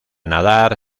nadar